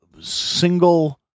single